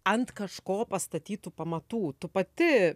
ant kažko pastatytų pamatų tu pati